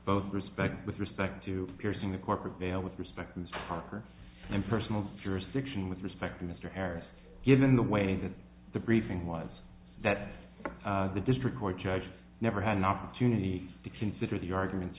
both respect with respect to piercing the corporate veil with respect and power and personal jurisdiction with respect to mr harris given the way that the briefing was that the district court judge never had an opportunity to consider the arguments